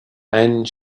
and